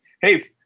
hey